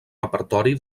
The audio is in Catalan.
repertori